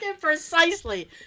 precisely